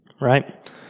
Right